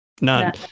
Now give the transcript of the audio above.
none